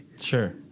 Sure